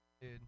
dude